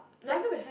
no I've never had it